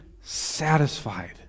satisfied